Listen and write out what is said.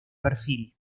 perfil